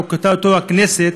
חוקקה אותו הכנסת,